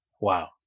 Wow